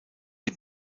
die